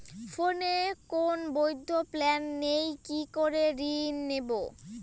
ফোনে কোন বৈধ প্ল্যান নেই কি করে ঋণ নেব?